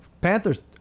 Panthers